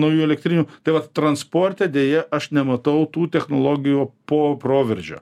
naujų elektrinių taip vat transporte deja aš nematau tų technologijų po proveržio